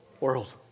World